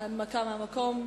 הנמקה מהמקום.